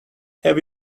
have